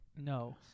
No